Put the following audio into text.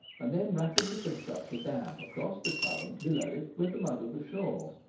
and then rapidly con struct a dam across the current below it with the mud of the shore.